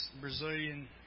Brazilian